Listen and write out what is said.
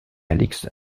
alix